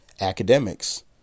Academics